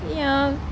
ya